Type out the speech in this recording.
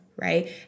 right